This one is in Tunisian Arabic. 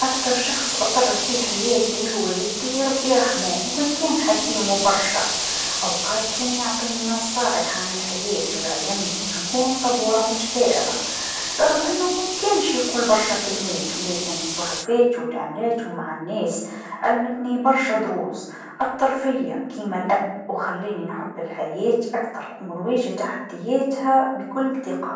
أكثر شخص أثر في حياتي هو جدي ربي يرحمو هو كان كان حكيم و برشا أوقات كان يعطيني نصائح عن الحياة و يعلمني كيف نكون صبوره و متفائله رغم أنو مكانش يقول برشا كلمات لكن تصرفاتو و تعاملاتو مع الناس علمتني برشا دروس أثرفيا كيما الأب و خالاني نحب الحياة أكثر و نواجه تحدياتها بكل ثقه.